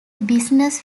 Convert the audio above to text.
business